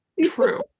true